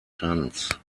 tanz